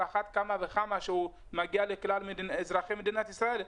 על אחת כמה וכמה שהוא מגיע לכלל אזרחי מדינת ישראל,